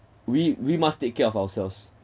we we must take care of ourselves